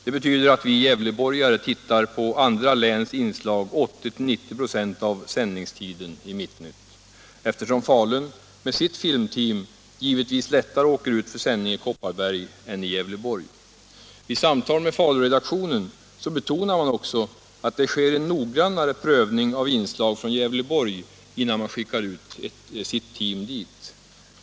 Det betyder att vi gävleborgare Nr 91 tittar på andra läns inslag 80-90 96 av sändningstiden i Mitt Nytt, efter Tisdagen den som Falun med sitt filmteam givetvis lättare åker ut för sändning i Kop — 22 mars 1977 parberg än i Gävleborg. Vid samtal med Faluredaktionen betonar man också att det sker en noggrannare prövning av inslag från Gävleborg, Om Sveriges Radios innan man skickar ut sitt team dit.